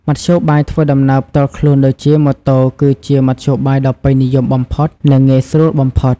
មធ្យោបាយធ្វើដំណើរផ្ទាល់ខ្លួនដូចជាម៉ូតូគឺជាមធ្យោបាយដ៏ពេញនិយមបំផុត និងងាយស្រួលបំផុត។